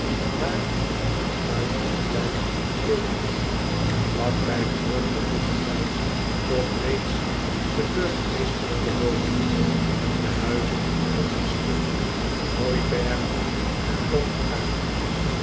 maar in het buitenverblijf b e e k h o f vlak bij de brug begroeten wij toch reeds de burgemeesterlijke woning de huizen met hun schuren hooibergen en boomgaarden